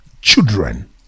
children